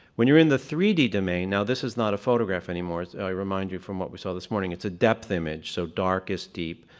when you're in the three d domain now this is not a photograph anymore, i remind you from what we saw this morning. it's a depth image, so dark is deep.